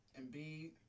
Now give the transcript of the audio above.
Embiid